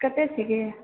कतऽ छिऐ